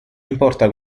importa